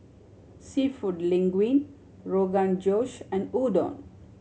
Seafood Linguine Rogan Josh and Udon